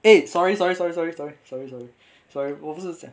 eh sorry sorry sorry sorry sorry sorry sorry sorry 我不是这样